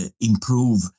improve